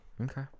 Okay